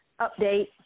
update